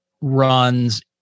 runs